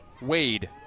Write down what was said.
Wade